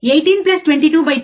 18 22 2